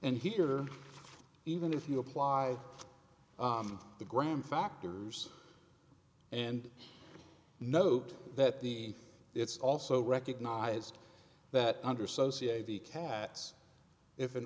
and here even if you apply the graham factors and note that the it's also recognized that under sociate the cats if an